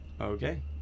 Okay